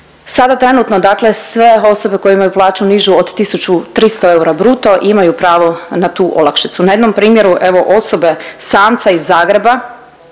Sada trenutno dakle sve osobe koje imaju plaću nižu od 1.300 eura bruto imaju pravo na tu olakšicu. Na jednom primjeru evo osobe samca iz Zagreba